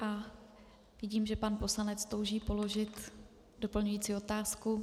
A vidím, že pan poslanec touží položit doplňující otázku.